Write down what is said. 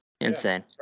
Insane